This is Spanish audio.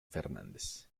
fernández